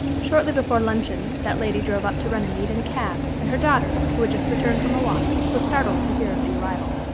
shortly before luncheon that lady drove up to runnymede in a cab, and her daughter, who had just returned from a walk, was startled to hear of the arrival.